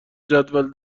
جدول